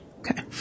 Okay